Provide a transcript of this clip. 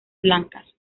blancas